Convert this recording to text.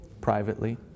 privately